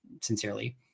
sincerely